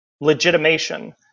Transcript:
legitimation